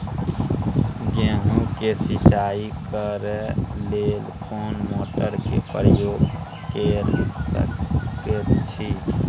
गेहूं के सिंचाई करे लेल कोन मोटर के प्रयोग कैर सकेत छी?